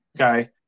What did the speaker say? Okay